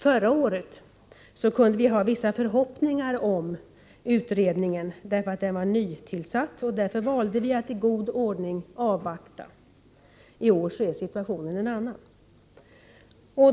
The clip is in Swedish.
Förra året kunde vi ha vissa förhoppningar om utredningen, därför att den då var nytillsatt. Därför valde vi att i god ordning avvakta. I år är situationen en annan.